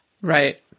right